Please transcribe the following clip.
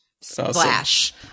splash